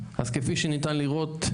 אז כפי שניתן לראות,